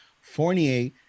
Fournier